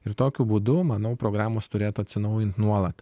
ir tokiu būdu manau programos turėtų atsinaujinti nuolat